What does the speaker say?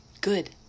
Good